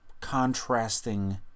contrasting